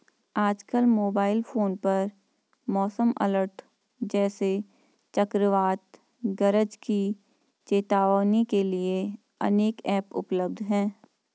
आजकल mobile phone पर मौसम अलर्ट जैसे चक्रवात गरज की चेतावनी के लिए अनेक ऐप उपलब्ध है